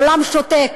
העולם שותק,